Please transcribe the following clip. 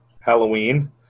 Halloween